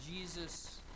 Jesus